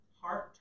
heart